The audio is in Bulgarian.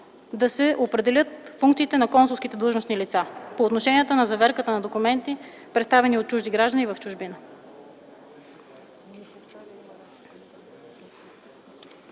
да се определят функциите на консулските длъжностни лица по отношение заверката на документи, представени от чужди граждани в чужбина.